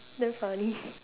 damn funny